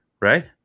right